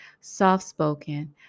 soft-spoken